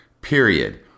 period